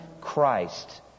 Christ